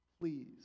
Please